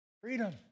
Freedom